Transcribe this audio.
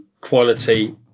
quality